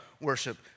worship